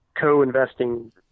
co-investing